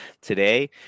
today